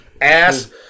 ass